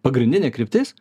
pagrindinė kryptis